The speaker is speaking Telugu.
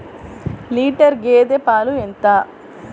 లీటర్ గేదె పాలు ఎంత?